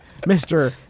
Mr